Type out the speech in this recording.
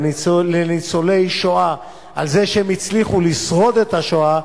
לניצולי השואה על זה שהם הצליחו לשרוד את השואה